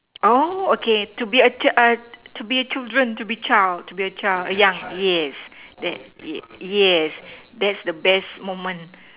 oh okay to be a chi~ uh to be children to be child to be a child young yes yeah ye~ yes that's the best moment